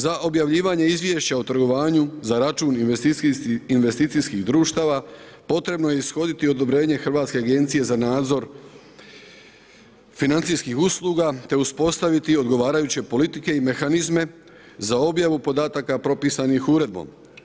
Za objavljivanje izvješća o trgovanju za račun investicijskih društava potrebno je ishoditi odobrenje Hrvatske agencije za nadzor financijskih usluga te uspostaviti odgovarajuće politike i mehanizme za objavu podataka propisanih uredbom.